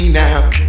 now